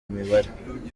mibare